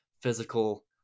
physical